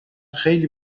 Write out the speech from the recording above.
خیلی